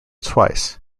twice